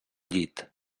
llit